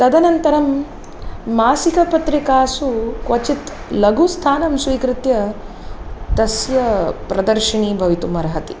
तदनन्तरं मासिकपत्रिकासु क्वचित् लघुस्थानं स्वीकृत्य तस्य प्रदर्शिनी भवितुमर्हति